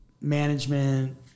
management